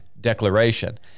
declaration